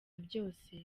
byose